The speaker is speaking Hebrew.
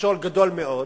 מכשול גדול מאוד